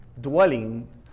Dwelling